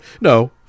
no